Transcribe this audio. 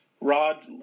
rod